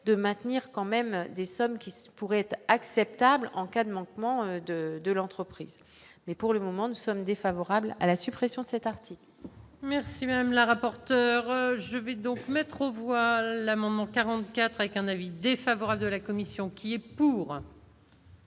de maintenir quand même des sommes qui pourraient être acceptables en cas de manquement de de l'entreprise, mais pour le moment nous sommes défavorables à la suppression de cet article. Merci madame la rapporteure, je vais donc mettre aux voix l'amendement 44 avec un avis défavorable de la commission qui est pour.